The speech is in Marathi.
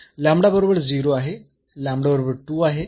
लॅमडा बरोबर 0 आहे लॅमडा बरोबर 2 आहे